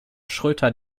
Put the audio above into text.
schröter